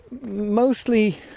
mostly